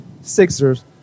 sixers